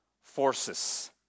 forces